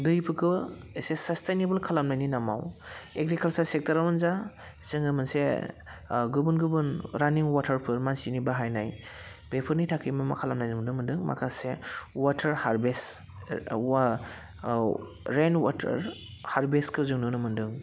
दैफोरखौ एसे सास्टेइनेबल खालामनायनि नामाव एग्रिकालसार सेक्टरावनो जा जोङो मोनसे गुबुन गुबुन रानिं वाटारफोर मानसिनि बाहायनाय बेफोरनि थाखाय मा मा खालामनाय नुनो मोन्दों माखासे वाटार हारभेस्ट वा औ रेइन वाटार हारभेस्टखौ जों नुनो मोन्दों